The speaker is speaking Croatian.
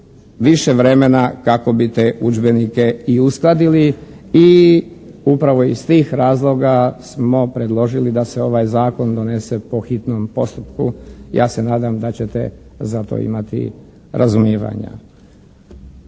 više vremena kako bi te udžbenike i uskladili i upravo iz tih razloga smo predložili da se ovaj zakon donese po hitnom postupku. Ja se nadam da ćete za to imati razumijevanja.